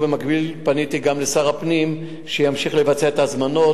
ובמקביל פניתי לשר הפנים שימשיך לבצע את ההזמנות